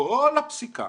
כל הפסיקה